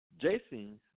Jason